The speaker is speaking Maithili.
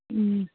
हूँ